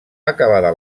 acabada